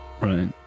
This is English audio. Right